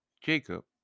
Jacob